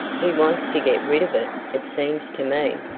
he wants to get rid of it, it seems to me.